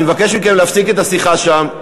אני מבקש מכם להפסיק את השיחה שם,